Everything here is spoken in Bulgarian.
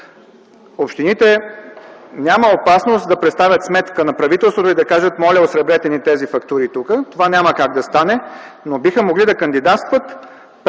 общините да представят сметка на правителството и да кажат: моля, осребрете ни тези фактури тук. Това няма как да стане. Но биха могли да кандидатстват